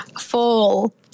Fall